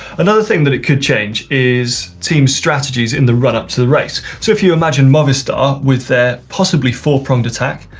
another thing that it could change is team strategies in the run up to the race. so if you imagine movistar with their possibly four pronged attack,